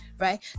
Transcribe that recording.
right